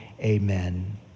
amen